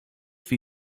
für